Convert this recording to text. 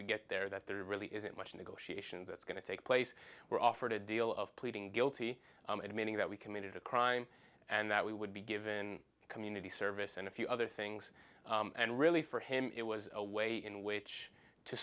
we get there that there really isn't much negotiation that's going to take place we're offered a deal of pleading guilty admitting that we committed a crime and that we would be given community service and a few other things and really for him it was a way in which to